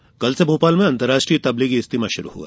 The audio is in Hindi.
इज्तिमा कल से भोपाल में अंतर्राष्ट्रीय तब्लिीगी इज्तिमा शुरू हुआ